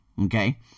Okay